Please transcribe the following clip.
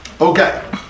Okay